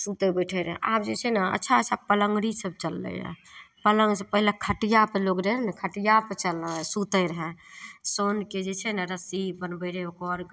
सुतय बैठय रहय आब जे छै ने अच्छा अच्छा पलङ्गड़ी सब चललय यऽ पलङ्गसँ पहिले खटियापर लोक रहय ने खटियापर चलऽ सुतय रहय सोनके जे छै ने रस्सी बनबय रहय ओकर